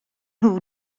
nhw